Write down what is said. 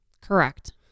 Correct